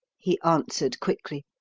he answered quickly.